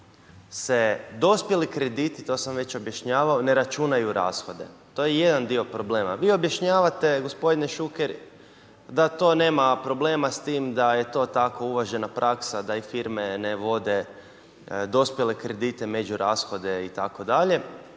se dospjeli krediti, to sam već objašnjavao ne računaju rashode. To je jedan dio problema. Vi objašnjavate, gospodine Šuker da to nema problema s tim, da je to tako uvažena praksa da i firme ne vode dospjele kredite među rashode itd.